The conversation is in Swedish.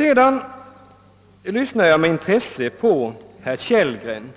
Jag lyssnade med intresse på herr Kellgren